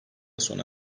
sona